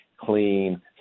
clean